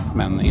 men